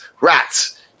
rats